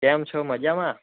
કેમ છો મજામાં